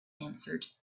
answered